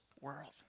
world